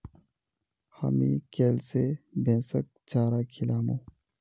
हामी कैल स भैंसक चारा खिलामू